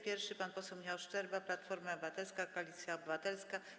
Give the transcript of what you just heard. Pierwszy pan poseł Michał Szczerba, Platforma Obywatelska - Koalicja Obywatelska.